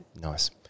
Nice